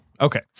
Okay